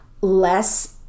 less